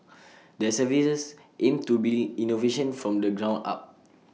their services aim to build innovation from the ground up